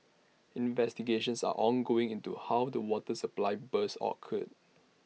investigations are ongoing into how the water supply burst occurred